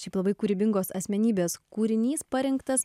šiaip labai kūrybingos asmenybės kūrinys parinktas